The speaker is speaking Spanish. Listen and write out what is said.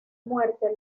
muerte